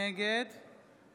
נגד